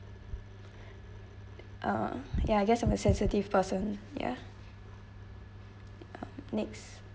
uh ya I guess I'm a sensitive person ya next